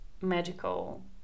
magical